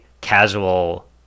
casual